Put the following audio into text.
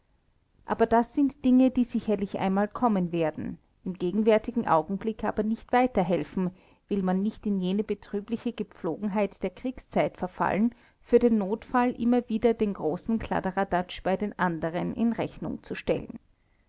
aber das sind dinge die sicherlich einmal kommen werden im gegenwärtigen augenblick aber nicht weiterhelfen will man nicht in jene betrübliche gepflogenheit der kriegszeit verfallen für den notfall immer wieder den großen kladderadatsch bei den anderen in rechnung zu stellen